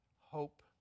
hope